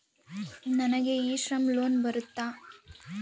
ನನಗೆ e Shram loan ಬರುತ್ತಾ?